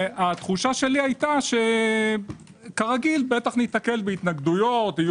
התחושה שלי הייתה שכרגיל ניתקל בהתנגדויות,